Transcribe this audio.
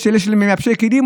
מייבשי כלים,